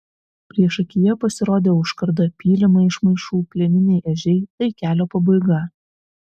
priešakyje pasirodė užkarda pylimai iš maišų plieniniai ežiai tai kelio pabaiga